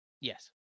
Yes